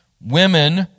Women